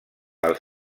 els